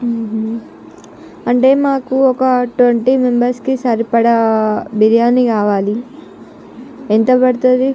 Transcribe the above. అంటే మాకు ఒక ట్వంటీ మెంబర్స్కి సరిపడ బిర్యానీ కావాలి ఎంత పడుతుంది